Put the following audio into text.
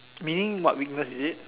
meaning what weakness is it